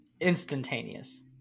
instantaneous